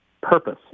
purpose